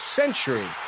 century